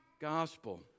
Gospel